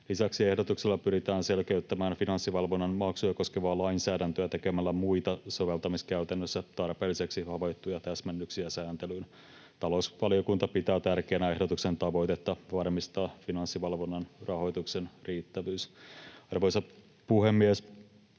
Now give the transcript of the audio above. Lisäksi ehdotuksella pyritään selkeyttämään Finanssivalvonnan maksuja koskevaa lainsäädäntöä tekemällä muita soveltamiskäytännössä tarpeelliseksi havaittuja täsmennyksiä sääntelyyn. Talousvaliokunta pitää tärkeänä ehdotuksen tavoitetta varmistaa Finanssivalvonnan rahoituksen riittävyys. Arvoisa puhemies!